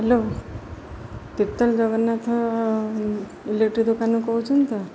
hello Tirtol Jagannath electric ଦୋକାନରୁ କହୁଛନ୍ତି ତ